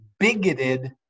bigoted